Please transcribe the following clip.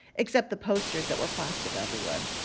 except the posters that were plastered everywhere.